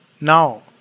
Now